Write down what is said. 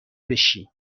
بشی